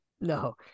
No